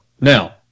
Now